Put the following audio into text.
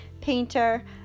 painter